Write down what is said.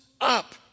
up